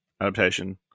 adaptation